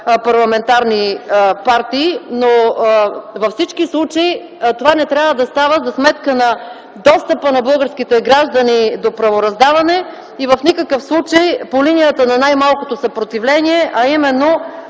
парламентарни партии, но във всички случаи това не трябва да става за сметка на достъпа на българските граждани до правораздаване и в никакъв случай по линията на най-малкото съпротивление, а именно